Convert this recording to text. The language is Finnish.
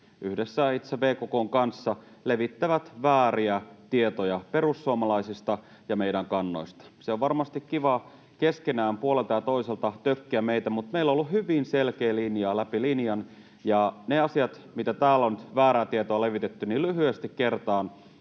yhdessä VKK:n kanssa levittävät vääriä tietoja perussuomalaisista ja meidän kannoistamme. On varmasti kivaa keskenään puolelta ja toiselta tökkiä meitä, mutta meillä on ollut hyvin selkeä linja läpi linjan. Niistä asioista, mistä täällä on väärää tietoa levitetty, lyhyesti kertaan